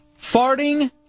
farting